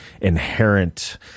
inherent